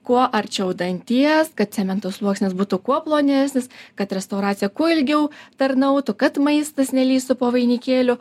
kuo arčiau danties kad cemento sluoksnis būtų kuo plonesnis kad restauracija kuo ilgiau tarnautų kad maistas nelįstų po vainikėliu